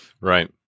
Right